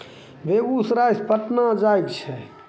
बेगुसरायसँ पटना जायके छै